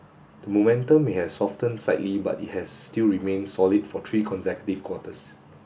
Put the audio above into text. the momentum may have softened slightly but it has still remained solid for three consecutive quarters